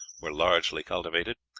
were largely cultivated,